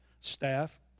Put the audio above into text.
Staff